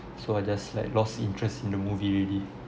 so I just like lost interest in the movie already